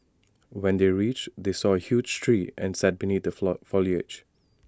when they reached they saw A huge tree and sat beneath the foliage